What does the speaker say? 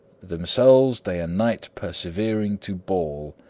themselves, day and night, persevering to bawl.